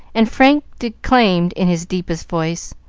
and frank declaimed in his deepest voice,